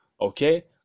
okay